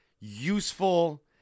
useful